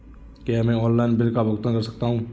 क्या मैं online bill का भुगतान कर सकता हूँ?